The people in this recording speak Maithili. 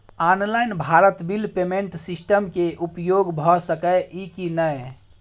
Online Bharat bill payment system के उपयोग भ सके इ की नय?